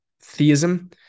theism